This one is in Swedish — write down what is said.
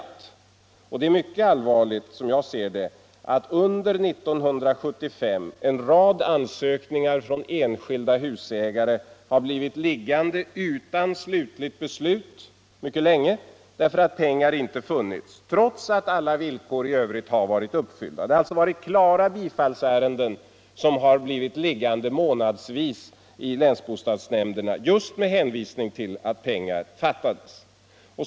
Det är, som jag ser det, mycket allvarligt att under år 1975 en rad ansökningar från enskilda husägare har blivit liggande mycket länge utan att slutligt beslut fattats därför att pengar inte har funnits, trots att alla villkor i övrigt har varit uppfyllda. Det har alltså varit klara bifallsärenden, som har blivit liggande månadsvis i länsbostadsnämnderna just med hänvisning till att pengar fattas.